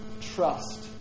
Trust